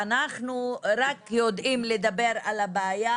ואנחנו רק יודעים לדבר על הבעיה,